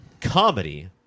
comedy